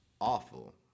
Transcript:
Awful